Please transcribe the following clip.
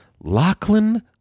Lachlan